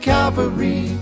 Calvary